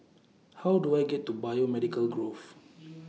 How Do I get to Biomedical Grove